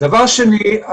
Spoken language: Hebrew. דבר שני,